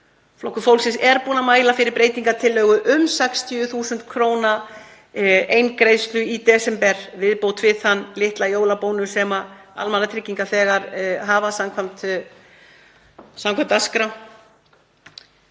Flokkur fólksins er búinn að mæla fyrir breytingartillögu um 60.000 kr. eingreiðslu í desember, viðbót við þann litla jólabónus sem almannatryggingar hafa þegar samkvæmt dagskrá.